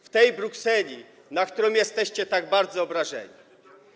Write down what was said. W tej Brukseli, na którą jesteście tak bardzo obrażeni.